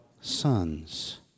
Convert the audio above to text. Sons